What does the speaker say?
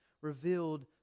revealed